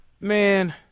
Man